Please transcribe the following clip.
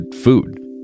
food